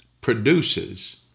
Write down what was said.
produces